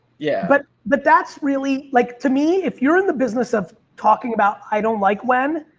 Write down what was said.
yeah. but, but that's really like, to me, if you're in the business of talking about, i don't like when,